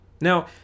Now